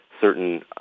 certain